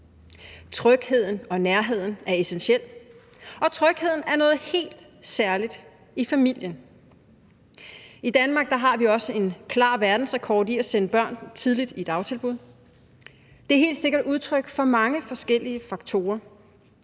Trygheden og nærheden er essentiel, og trygheden er noget helt særligt i familien. I Danmark har vi en klar verdensrekord i at sende børn tidligt i dagtilbud. Det er helt sikkert udtryk for mange forskellige faktorer.